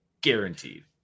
Guaranteed